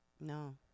No